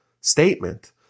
statement